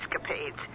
escapades